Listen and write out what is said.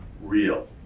real